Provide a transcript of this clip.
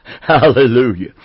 Hallelujah